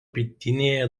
pietinėje